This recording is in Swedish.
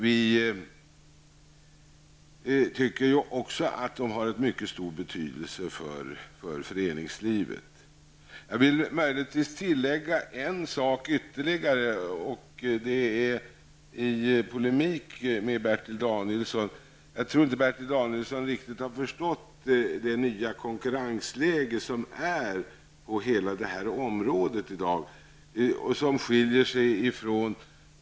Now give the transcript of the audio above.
Vi tycker också att lokalerna har en mycket stor betydelse för föreningslivet. Jag vill möjligtvis tillägga ytterligare en sak i polemik med Bertil Danielsson. Jag tror inte att Bertil Danielsson riktigt har förstått det nya konkurrensläget som tär på hela detta område i dag.